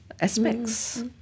aspects